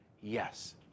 Yes